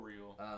real